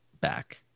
back